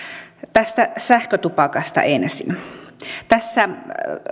tästä sähkötupakasta ensin tässä